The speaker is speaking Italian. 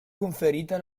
conferita